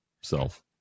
self